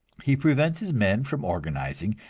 he prevents his men from organizing,